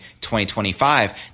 2025